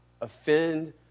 offend